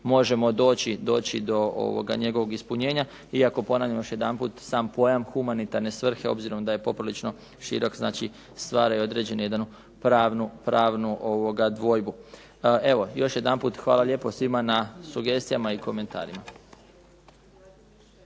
možemo doći do njegovog ispunjenja iako, ponavljam još jedanput, sam pojam humanitarne svrhe obzirom da je poprilično širok stvara i određenu jednu pravnu dvojbu. Evo još jedanput hvala lijepo svima na sugestijama i komentarima.